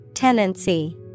Tenancy